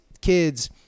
kids